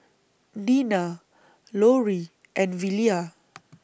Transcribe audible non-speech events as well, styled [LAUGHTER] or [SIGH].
Dena Loree and Velia [NOISE]